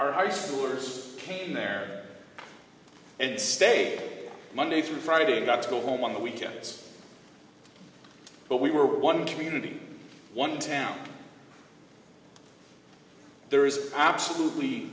our high schoolers came in there and stay monday through friday got to go home on the weekends but we were one community one town there is absolutely